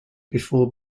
before